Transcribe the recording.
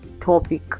topic